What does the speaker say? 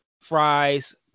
fries